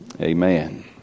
amen